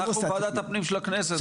אנחנו ועדת הפנים של הכנסת,